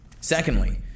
Secondly